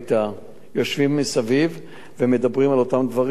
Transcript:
יושבים מסביב ומדברים על אותם דברים שאתה ציינת,